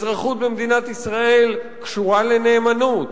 אזרחות במדינת ישראל קשורה לנאמנות,